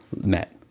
met